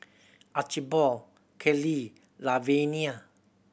Archibald Kellie Lavenia